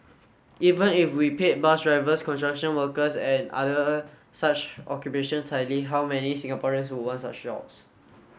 even if we paid bus drivers construction workers and other such occupations highly how many Singaporeans would want such jobs